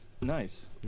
Nice